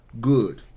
good